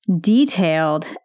detailed